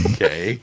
Okay